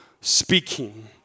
speaking